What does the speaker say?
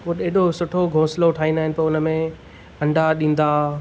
हेॾो सुठो घोंसलो ठाहींदा आहिनि पोइ उन में अंडा ॾींदा